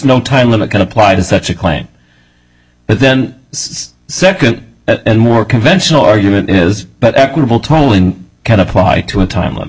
no time limit can apply to such a claim but then second more conventional argument is but equitable tolling can apply to a time limit